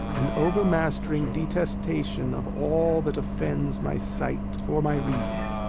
an overmastering detestation of all that offends my sight, or my reason.